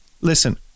Listen